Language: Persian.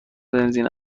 بنزین